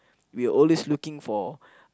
we'll always looking for